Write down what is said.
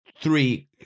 three